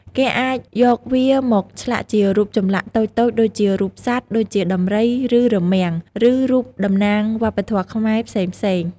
គេអាចយកវាមកឆ្លាក់ជារូបចម្លាក់តូចៗដូចជារូបសត្វ ដូចជាដំរី ឬរមាំង ឬរូបតំណាងវប្បធម៌ខ្មែរផ្សេងៗ។